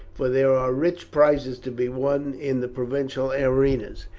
for there are rich prizes to be won in the provincial arenas,